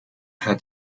had